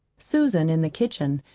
susan, in the kitchen,